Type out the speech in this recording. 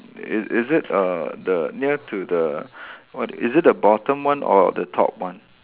i~ is it err the near to the what is it the bottom one or the top one